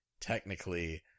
technically